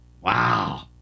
Wow